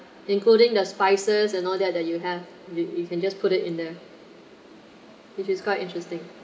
including the spices and all that that you have you you can just put it in the which is quite interesting